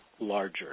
larger